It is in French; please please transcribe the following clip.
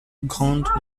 grand